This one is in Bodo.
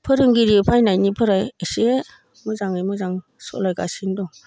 फोरोंगिरि फैनायनिफ्राय इसे मोजाङै मोजां सालाय गासिनो दं